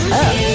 up